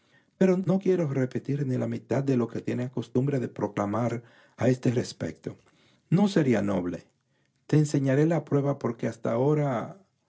pero no quiero repetir ni la mitad de lo que tenía costumbre de proclamar a este respecto no sería noble te enseñaré la prueba porque hasta ahora